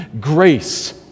grace